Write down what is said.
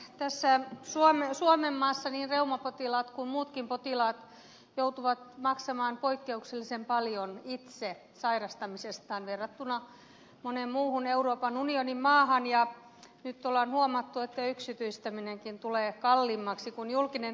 tässä suomenmaassa niin reumapotilaat kuin muutkin potilaat joutuvat maksamaan poikkeuksellisen paljon itse sairastamisestaan verrattuna moneen muuhun euroopan unionin maahan ja nyt on huomattu että yksityistäminenkin tulee kalliimmaksi kuin julkinen terveydenhuolto